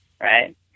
right